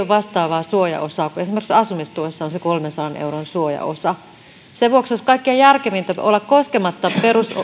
vastaavaa suojaosaa kuin esimerkiksi asumistuessa jossa on se kolmensadan euron suojaosa sen vuoksi olisi kaikkein järkevintä olla koskematta